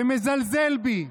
ומזלזל בי.